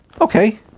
Okay